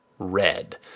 red